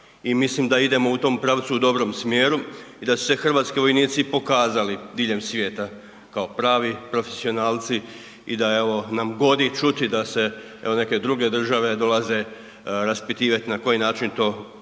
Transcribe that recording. mislim da idemo u tom pravcu u dobrom smjeru i da su se hrvatski vojnici pokazali diljem svijeta kao pravi profesionalci i da je ovo nam godi čuti i da se evo neke druge države dolaze raspitivati na koji način to Hrvatska